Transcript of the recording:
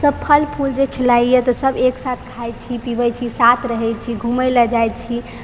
सभ फल फूल जे खिलाइए तऽ सभ एकसाथ खाइ छी पीबै छी साथ रहै छी घुमयलऽ जाइत छी